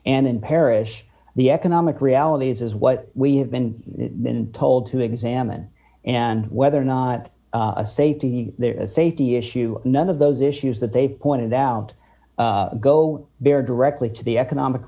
and in parish the economic realities is what we have been told to examine and whether or not a safety safety issue none of those issues that they pointed out go bear directly to the economic